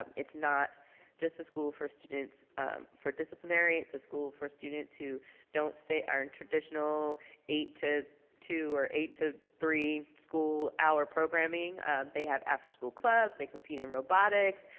it's not just a school for students for disciplinary. it's a school for students who don't fit our and traditional eight to two or eight to three school hour programming. they have after school clubs, they compete in robotics,